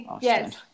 Yes